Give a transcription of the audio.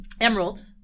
Emerald